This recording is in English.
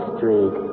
Street